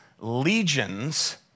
legions